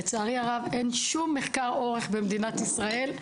לצערי הרב, אין שום מחקר אורך במדינת ישראל.